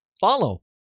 follow